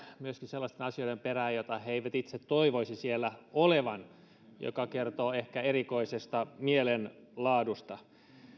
myöskin sellaisten asioiden perään joita he eivät itse toivoisi siellä olevan mikä kertoo ehkä erikoisesta mielenlaadusta